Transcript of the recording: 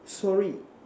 sorry